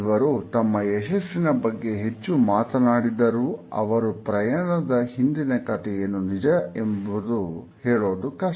ಇವರು ತಮ್ಮ ಯಶಸ್ಸಿನ ಬಗ್ಗೆ ಹೆಚ್ಚು ಮಾತನಾಡಿದರು ಅವರ ಪ್ರಯಾಣದ ಹಿಂದಿನ ಕಥೆಯನ್ನು ನಿಜವೆಂಬುದು ಹೇಳೋದು ಕಷ್ಟ